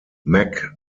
macmillan